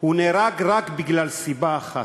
נהרג רק מסיבה אחת.